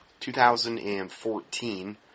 2014